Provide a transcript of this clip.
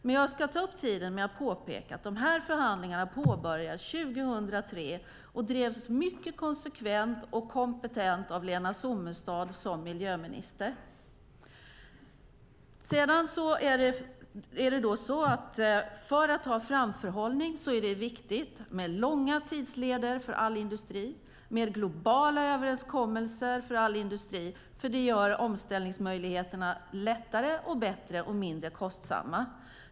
Men jag ska ta upp tiden med att påpeka att de här förhandlingarna påbörjades 2003 och drevs mycket konsekvent och kompetent av Lena Sommestad som miljöminister. För att ha framförhållning är det viktigt med långa tidsled och globala överenskommelser för all industri. Det gör omställningen lättare, bättre och mindre kostsam.